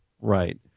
Right